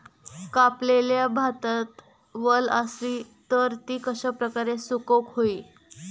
कापलेल्या भातात वल आसली तर ती कश्या प्रकारे सुकौक होई?